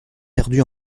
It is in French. perdu